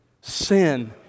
sin